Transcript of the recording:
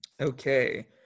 okay